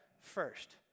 first